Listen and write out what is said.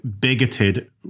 bigoted